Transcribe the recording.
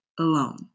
alone